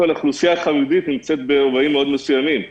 האוכלוסייה החרדית נמצאת ברבעים מסוימים מאוד.